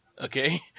okay